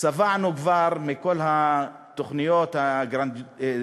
שבענו כבר מכל התוכניות הגרנזיוניזיות,